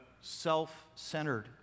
self-centered